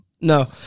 No